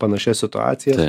panašias situacijas